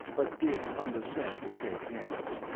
but did condescend to shake hands.